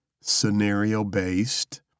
scenario-based